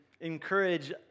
encourage